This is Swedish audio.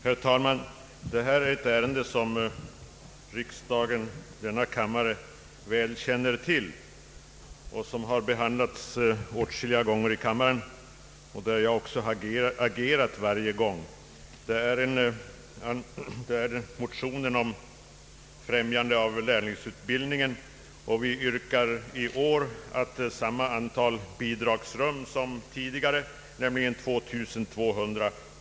Herr talman! Detta är ett ärende som riksdagen och denna kammare väl känner till och som har behandlats här åtskilliga gånger. Det gäller motioner om främjande av lärlingsutbildningen hos hantverksmästare och inom byggnadsyrkena.